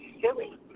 silly